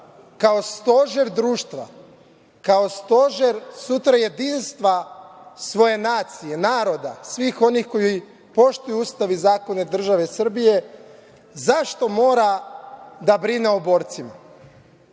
kao stožer društva, kao stožer sutra jedinstva svoje nacije, naroda, svih onih koji poštuju Ustav i zakone države Srbije, zašto mora da brine o borcima?